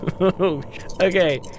Okay